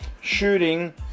shooting